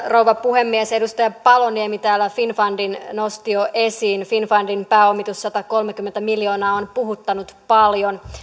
rouva puhemies edustaja paloniemi täällä finnfundin nosti jo esiin finnfundin pääomitus satakolmekymmentä miljoonaa on puhuttanut paljon